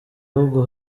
ahubwo